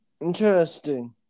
interesting